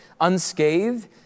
unscathed